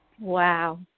Wow